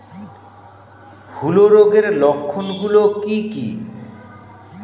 হূলো রোগের লক্ষণ গুলো কি কি?